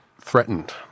threatened